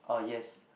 oh yes